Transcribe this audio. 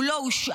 הוא לא הושעה.